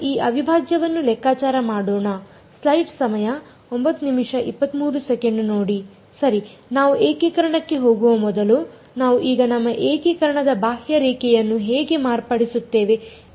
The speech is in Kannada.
ಈ ಅವಿಭಾಜ್ಯವನ್ನು ಲೆಕ್ಕಾಚಾರ ಮಾಡೋಣ ಸರಿ ನಾವು ಏಕೀಕರಣಕ್ಕೆ ಹೋಗುವ ಮೊದಲು ನಾವು ಈಗ ನಮ್ಮ ಏಕೀಕರಣದ ಬಾಹ್ಯರೇಖೆಯನ್ನು ಹೇಗೆ ಮಾರ್ಪಡಿಸುತ್ತೇವೆ ಎಂಬುದನ್ನು ನೋಡಬೇಕು